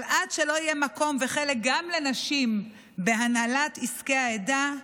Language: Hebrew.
אבל עד שלא יהיה מקום וחלק גם לנשים בהנהלת עסקי העדה,